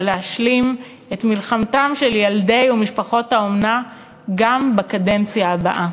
ולהשלים את מלחמתם של ילדי ומשפחות האומנה גם בקדנציה הבאה.